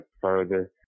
further